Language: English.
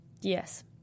Yes